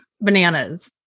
bananas